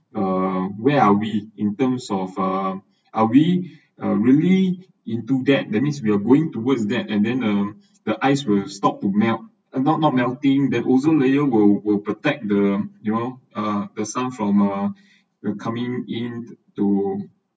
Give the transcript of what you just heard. uh where are we in terms of uh are we uh really into that that means we're going towards that and then uh the ice will stop to melt uh not not melting the ozone layer will will protect the you know uh the sun from uh the coming in to